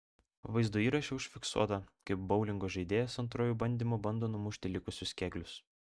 vaizdo įraše užfiksuota kaip boulingo žaidėjas antruoju bandymu bando numušti likusius kėglius